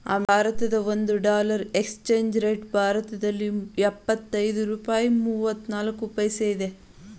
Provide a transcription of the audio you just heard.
ಅಮೆರಿಕದ ಒಂದು dollar exchange rate ಭಾರತದಲ್ಲಿ ಎಪ್ಪತ್ತೈದು ರೂಪಾಯಿ ಮೂವ್ನಾಲ್ಕು ಪೈಸಾ ಇದೆ